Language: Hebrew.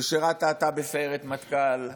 ששירת אתה בסיירת מטכ"ל,